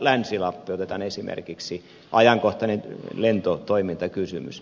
länsi lappi otetaan esimerkiksi ajankohtainen lentotoimintakysymys